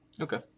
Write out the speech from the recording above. Okay